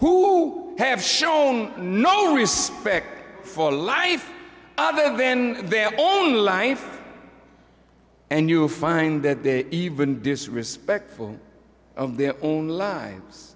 who have shown no respect for life other than their own life and you will find that they even disrespectful of their own lives